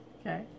Okay